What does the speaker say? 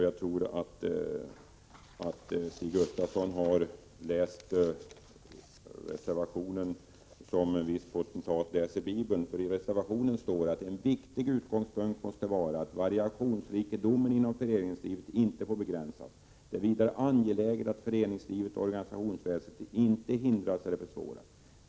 Jag tror att Stig Gustafsson har läst reservationen som en viss potentat läser Bibeln, för i reservationen står ”att en viktig utgångspunkt måste vara att variationsrikedomen inom föreningslivet inte får begränsas. Det är vidare angeläget att föreningslivet och organisationsväsendet inte hindras eller försvåras.